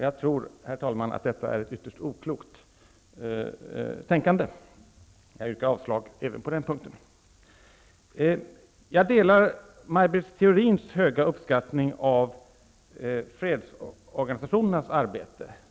Jag tror, herr talman, att detta är ett ytterst oklokt tänkande. Jag yrkar avslag på Ny demokratis förslag även på den punkten. Jag delar Maj Britt Theorins höga uppskattning av fredsorganisationernas verksamhet.